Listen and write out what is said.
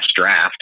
draft